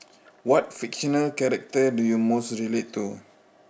what fictional character do you most relate to